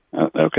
Okay